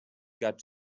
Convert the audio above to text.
got